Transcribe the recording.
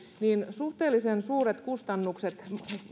suhteellisen suuret kustannukset